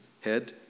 head